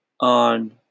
on